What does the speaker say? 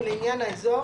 ולעניין האזור,